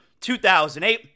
2008